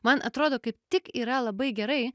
man atrodo kaip tik yra labai gerai